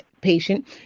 patient